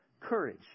courage